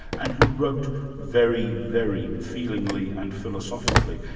and who wrote very, very feelingly and philosophically.